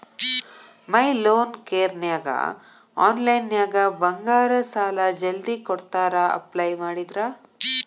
ಮೈ loan ಕೇರನ್ಯಾಗ ಆನ್ಲೈನ್ನ್ಯಾಗ ಬಂಗಾರ ಸಾಲಾ ಜಲ್ದಿ ಕೊಡ್ತಾರಾ ಅಪ್ಲೈ ಮಾಡಿದ್ರ